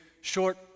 short